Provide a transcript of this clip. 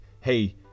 hey